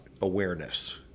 awareness